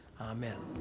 Amen